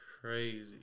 crazy